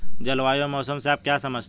जलवायु और मौसम से आप क्या समझते हैं?